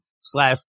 slash